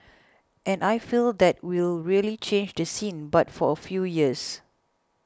and I feel that will really change the scene but for a few years